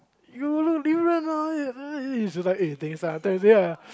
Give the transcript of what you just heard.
you look different ah she's like eh thanks lah thanks ya